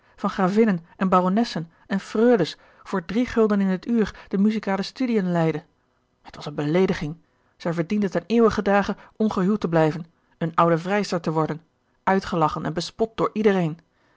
van gravinnen en baronnessen en freules voor drie gulden in het uur de muzikale studien leidde het was eene beleediging zij verdiende ten eeuwigen dage ongehuwd te blijven eene oude vrijster te worden uitgelachen en bespot door iedereen